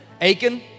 Aiken